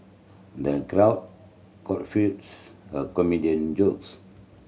the crowd guffaws a comedian jokes